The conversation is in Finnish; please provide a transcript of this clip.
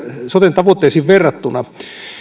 soten tavoitteisiin verrattuna